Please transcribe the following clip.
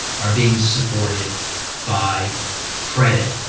are being supported by credit.